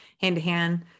hand-to-hand